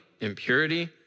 impurity